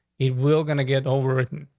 it will going to get over it. and